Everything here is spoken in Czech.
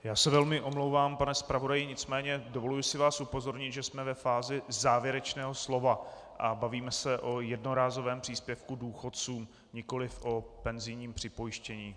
Já se velmi omlouvám, pane zpravodaji, nicméně dovoluji si vás upozornit, že jsme ve fázi závěrečného slova a bavíme se o jednorázovém příspěvku důchodcům, nikoliv o penzijním připojištění.